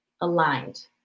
aligned